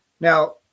now